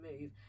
move